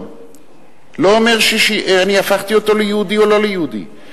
לא אומר שהפכתי אותו ליהודי או לא יהודי.